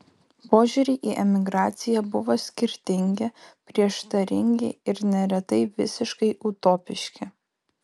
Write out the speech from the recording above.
požiūriai į emigraciją buvo skirtingi prieštaringi ir neretai visiškai utopiški